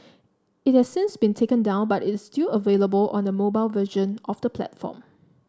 it has since been taken down but it is still available on the mobile version of the platform